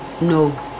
No